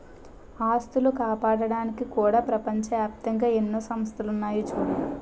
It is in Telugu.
ఆస్తులు కాపాడ్డానికి కూడా ప్రపంచ ఏప్తంగా ఎన్నో సంస్థలున్నాయి చూడూ